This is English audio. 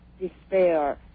despair